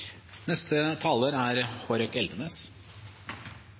Neste taler er